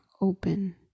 open